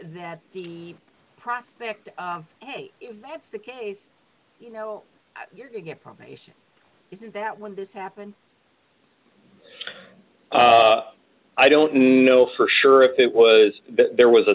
that the prospect of hey that's the case you know you're to get probation isn't that when this happened i don't know for sure if it was there was a